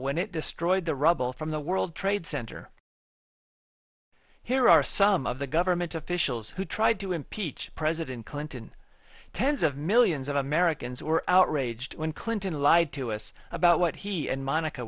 when it destroyed the rubble from the world trade center here are some of the government officials who tried to impeach president clinton tens of millions of americans were outraged when clinton lied to us about what he and monica